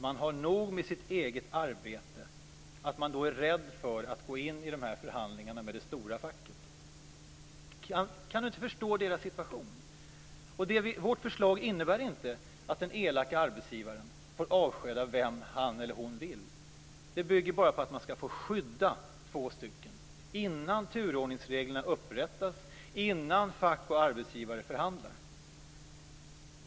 Man har nog med sitt eget arbete och man är rädd för att gå in i förhandlingar med det stora facket. Kan du inte förstå småföretagarens situation? Vårt förslag innebär inte att den elaka arbetsgivaren får avskeda vem han eller hon vill. Det bygger på att man skall få skydda två anställda innan turordningsreglerna upprättas, innan fack och arbetsgivare förhandlar.